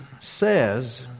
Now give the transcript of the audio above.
says